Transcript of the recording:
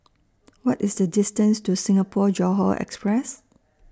What IS The distance to Singapore Johore Express